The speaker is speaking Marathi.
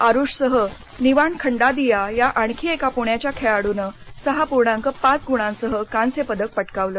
आरुषसह निवाण खंडादिया या आणखी एका पुण्याच्या खेळाडूने सहा पूर्णांक पाच गुणांसह कांस्य पदक पटकावलं